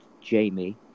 Jamie